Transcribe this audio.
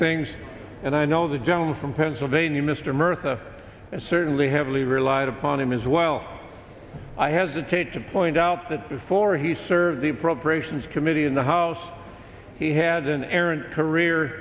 things and i know the gentleman from pennsylvania mr murtha and certainly heavily relied upon him is well i hesitate to point out that before he served the appropriations committee in the house he had an erran